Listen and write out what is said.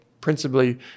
principally